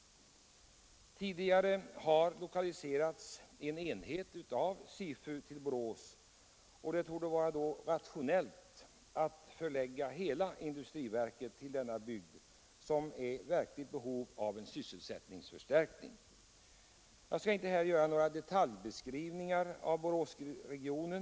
Tidigare har en enhet av SIFU lokaliserats till Borås. Det torde då vara rationellt att förlägga hela industriverket till denna bygd, som är i verkligt behov av en sysselsättningsförstärkning. Jag skall här inte ge någon detaljbeskrivning av Boråsregionen.